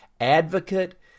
advocate